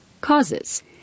Causes